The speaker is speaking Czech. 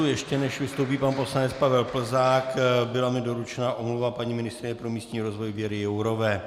Ještě než vystoupí pan poslanec Pavel Plzák, byla mi doručena omluva paní ministryně pro místní rozvoj Věry Jourové.